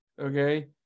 okay